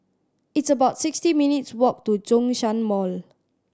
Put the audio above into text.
it's about sixty minutes' walk to Zhongshan Mall